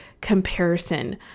comparison